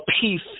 peace